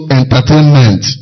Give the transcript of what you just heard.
entertainment